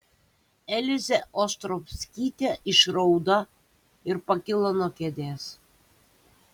elzė ostrovskytė išraudo ir pakilo nuo kėdės